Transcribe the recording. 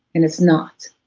and it's not.